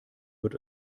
wird